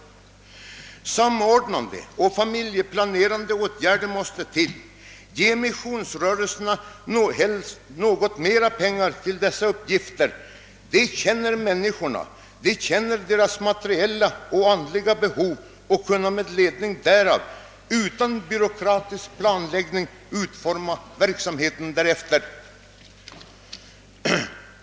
Samordnande och familjeplanerande åtgärder måste dessutom vidtas. Ge missionsrörelserna något mera pengar till dessa uppgifter! De känner människorna. De känner deras materiella och andliga behov och kan med ledning därav utan byråkratisk planläggning utforma verksamheten därefter.